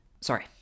sorry